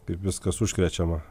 kaip viskas užkrečiama